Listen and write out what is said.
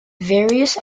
various